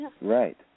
right